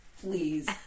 Please